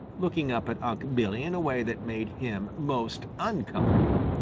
looking up at unc' billy in a way that made him most uncomfortable.